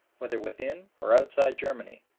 whether within or outside germany,